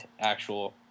actual